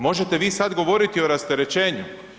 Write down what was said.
Možete vi sad govoriti o rasterećenju.